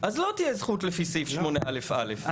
אז לא תהיה זכות לפי סעיף 8 א' א'.